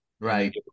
Right